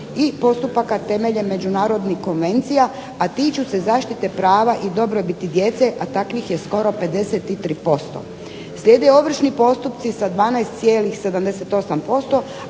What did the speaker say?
i postupaka temeljem međunarodnih konvencija, a tiču se zaštite prava i dobrobiti djece, a takvih je skoro 53%. Slijede ovršni postupci sa 12,78%,